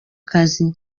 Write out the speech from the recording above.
kazi